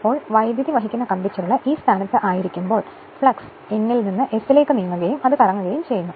ഇപ്പോൾ വൈദ്യുതി വഹിക്കുന്ന കമ്പിച്ചുരുള് ഈ സ്ഥാനത്ത് ആയിരിക്കുമ്പോൾ ഫ്ലക്സ് N ൽ നിന്ന് S ലേക്ക് നീങ്ങുകയും അത് കറങ്ങുകയും ചെയ്യുന്നു